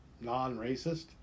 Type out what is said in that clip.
non-racist